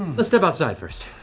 let's step outside first.